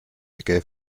gave